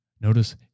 notice